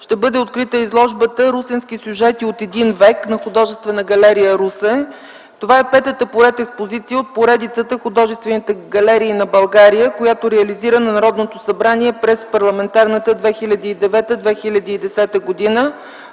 ще бъде открита изложбата „Русенски сюжети от един век” на Художествена галерия – Русе. Това е петата поред експозиция от поредицата „Художествените галерии на България”, която реализира Народното събрание през парламентарната 2009-2010 г.